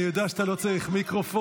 אני יודע שאתה לא צריך מיקרופון,